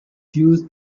used